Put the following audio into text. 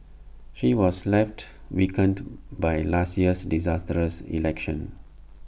she was left weakened by last year's disastrous election